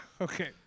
Okay